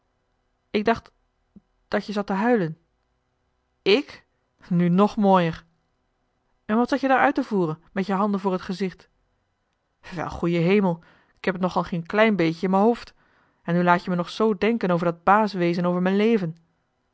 ik dacht dat je zat te huilen ik nu nog mooier joh h been paddeltje de scheepsjongen van michiel de ruijter en wat zat je daar uit te voeren met je handen voor het gezicht wel goeie hemel k heb het nogal geen klein beetje in m'n hoofd en nu laat je me nog zoo denken over dat baas wezen over m'n leven